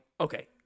okay